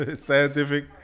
Scientific